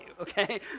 okay